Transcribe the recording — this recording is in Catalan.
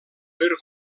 per